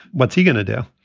what's he going to do?